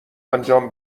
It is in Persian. انجام